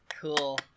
Cool